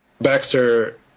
Baxter